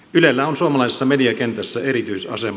ylellä on suomalaisessa mediakentässä erityisasema